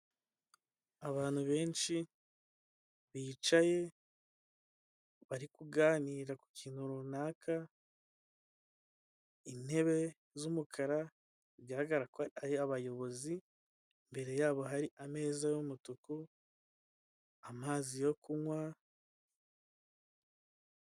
Abantu benshi bicaye bari kuganira ku kintu runaka, intebe z'umukara bigaragara ko ari abayobozi imbere yabo hari ameza y'umutuku, amazi yo kunywa.